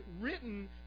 written